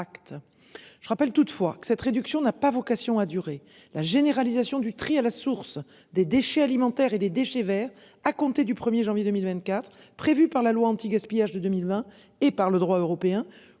Je rappelle toutefois que cette réduction n'a pas vocation à durer la généralisation du tri à la source des déchets alimentaires et des déchets verts à compter du 1er janvier 2024 prévu par la loi anti-gaspillage de 2020 et par le droit européen